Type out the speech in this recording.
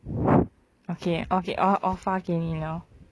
okay okay 我我发给你了